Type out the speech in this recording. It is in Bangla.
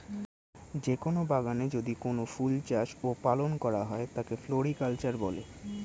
যে কোন বাগানে যদি কোনো ফুল চাষ ও পালন করা হয় তাকে ফ্লোরিকালচার বলে